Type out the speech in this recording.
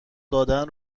دادن